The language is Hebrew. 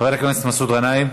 חבר הכנסת מסעוד גנאים,